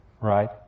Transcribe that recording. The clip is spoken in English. Right